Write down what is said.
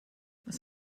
was